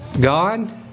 God